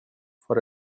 for